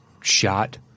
shot